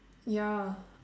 ya